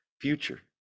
future